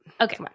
Okay